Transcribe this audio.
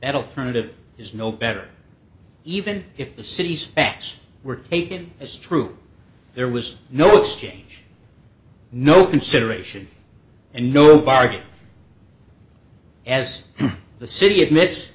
that'll turn it is no better even if the city's facts were taken as true there was no exchange no consideration and no bargain as the city admits